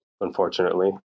unfortunately